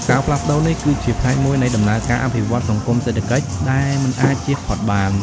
ការផ្លាស់ប្ដូរនេះ គឺជាផ្នែកមួយនៃដំណើរការអភិវឌ្ឍន៍សង្គម-សេដ្ឋកិច្ចដែលមិនអាចជៀសផុតបាន។